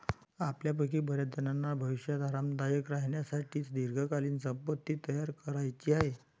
आपल्यापैकी बर्याचजणांना भविष्यात आरामदायक राहण्यासाठी दीर्घकालीन संपत्ती तयार करायची आहे